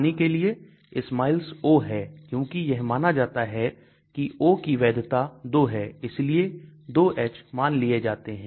पानी के लिए SMILES O है क्योंकि यह माना जाता है की O की वैधता 2 है इसलिए 2 H मान लिए जाते हैं